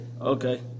Okay